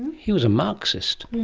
he was a marxist.